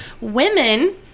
women